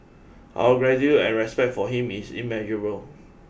our gratitude and respect for him is immeasurable